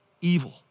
evil